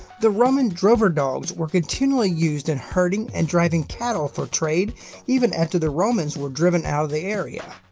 the roman drover dogs were continually used in herding and driving cattle for trade even after the romans were driven out of the area.